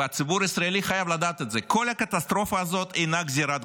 והציבור הישראלי חייב לדעת את זה, אינה גזרת גורל.